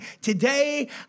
today